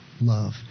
love